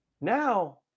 Now